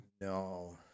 No